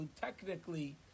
technically